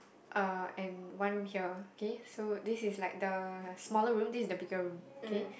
uh and one room here K so this is like the smaller room this is the bigger room K